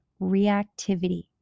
reactivity